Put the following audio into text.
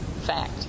fact